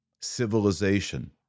civilization